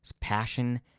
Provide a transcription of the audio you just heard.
passion